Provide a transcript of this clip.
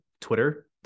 Twitter